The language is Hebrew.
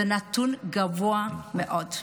זה נתון גבוה מאוד.